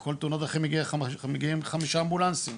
שלכל תאונות הדרכים מגיעים חמישה אמבולנסים,